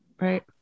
Right